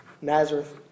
Nazareth